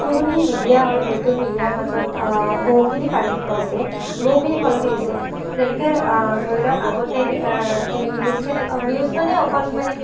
পুৰণি মিডিয়াৰ আৰু নতুন মেডিয়াৰ বহুখিনি পাৰ্থক্য আছে বহুখিনি সলনি হৈছে যেনেকে ধৰি লওঁক আগতে নিউজ চেনেল নিউজ মানে অকল মানে